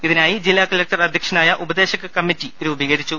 ഇതിനായി ജില്ലാ കലക്ടർ അധ്യക്ഷനായ ഉപദേശക കമ്മിറ്റി രൂപീകരിച്ചു